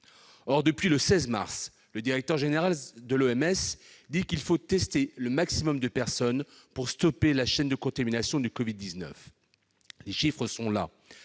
Or, depuis le 16 mars dernier, le directeur général de l'OMS indique qu'il faut tester le maximum de personnes pour stopper la chaîne de contamination du Covid-19. Les chiffres sont là